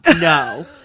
No